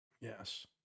Yes